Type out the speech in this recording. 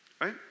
right